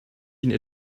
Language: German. ihnen